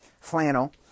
flannel